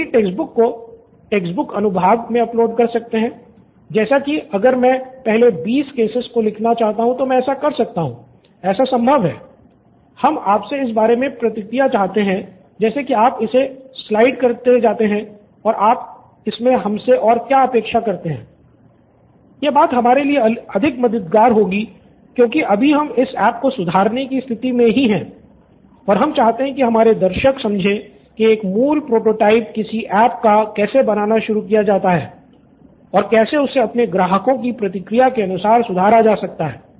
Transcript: पूरी text book को text book समझे कि एक मूल प्रोटोटाइप किसी ऐप का कैसे बनाना शुरू किया जा सकता है और कैसे उसे अपने ग्राहकों की प्रतिक्रिया के अनुसार सुधारा जा सकता है